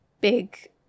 big